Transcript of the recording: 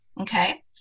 Okay